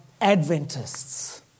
Adventists